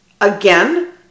Again